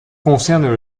concernent